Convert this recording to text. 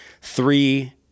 three